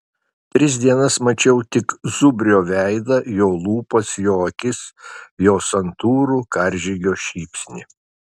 tris dienas mačiau tik zubrio veidą jo lūpas jo akis jo santūrų karžygio šypsnį